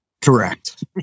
Correct